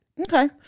Okay